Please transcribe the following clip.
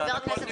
הכול נפלא.